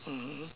mmhmm